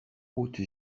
haute